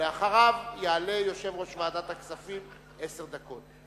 ולאחריו יעלה יושב-ראש ועדת הכספים לעשר דקות.